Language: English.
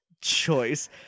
choice